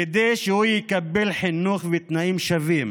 כדי שהוא יקבל חינוך ותנאים שווים